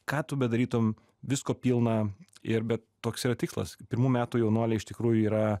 ką tu bedarytum visko pilna ir bet toks yra tikslas pirmų metų jaunuoliai iš tikrųjų yra